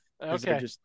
Okay